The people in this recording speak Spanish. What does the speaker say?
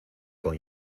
con